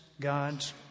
God's